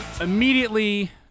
immediately